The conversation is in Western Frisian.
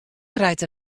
krijt